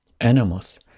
Animals